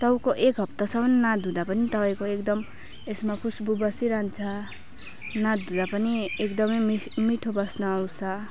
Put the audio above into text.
टाउको एक हप्तासम्म नधुँदा पनि तपाईँको एकदम यसमा खुसबु बसिरहन्छ नधुँदा पनि एकदम मिस मिठ्ठो वासना आउँछ